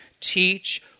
teach